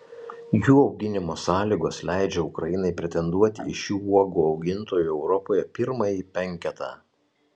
jų auginimo sąlygos leidžia ukrainai pretenduoti į šių uogų augintojų europoje pirmąjį penketą